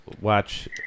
watch